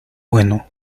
bueno